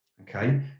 Okay